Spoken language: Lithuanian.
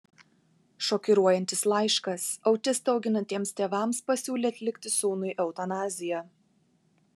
šokiruojantis laiškas autistą auginantiems tėvams pasiūlė atlikti sūnui eutanaziją